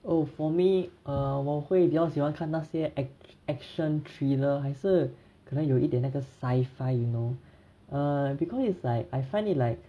oh for me err 我会比较喜欢看那些 act action thriller 还是可能有一点那个 sci-fi you know err because it's like I find it like